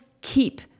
keep